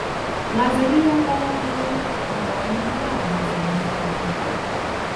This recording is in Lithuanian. lazeriai onkologijoje naudojami diagnozei nustatyti